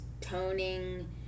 Toning